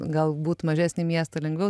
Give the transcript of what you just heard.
galbūt mažesnį miestą lengviau